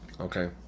Okay